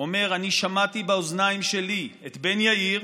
אומר: אני שמעתי באוזניים שלי את בן יאיר,